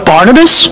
Barnabas